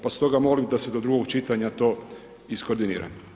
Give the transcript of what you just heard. Pa stoga molim da se do drugog čitanja to iskoordinira.